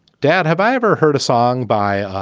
dad! have i ever heard a song by